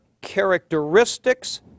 characteristics